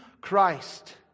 Christ